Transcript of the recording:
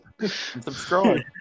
Subscribe